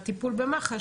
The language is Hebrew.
מה יצא מהטיפול במח"ש?